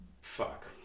Fuck